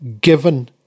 given